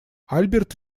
альберт